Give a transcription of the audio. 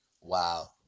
wow